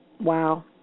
Wow